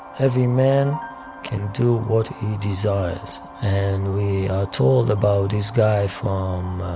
every man can do what he desires. and we are told about this guy from